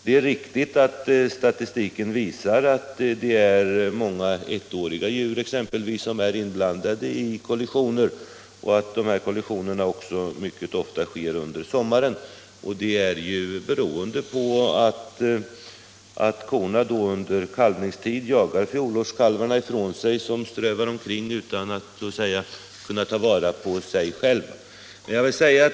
Det är riktigt att statistiken visar att många ettåriga djur är inblandade i kollisioner och att dessa kollisioner mycket ofta inträffar under sommaren. Det beror på att korna under kalvningstid jagar ifrån sig fjol älgstammen årskalvarna, som strövar omkring så att säga utan att kunna ta vara på sig själva.